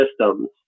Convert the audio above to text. systems